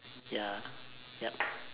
ya yup